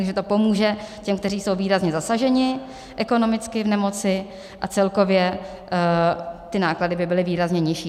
Takže to pomůže těm, kteří jsou výrazně zasaženi ekonomicky v nemoci, a celkově ty náklady by byly výrazně nižší.